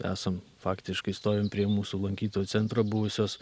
esam faktiškai stovim prie mūsų lankytojų centro buvusios